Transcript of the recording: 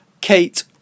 Kate